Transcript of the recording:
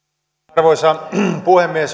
arvoisa puhemies